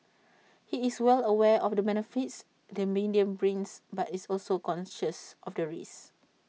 he is well aware of the benefits the medium brings but is also conscious of the risks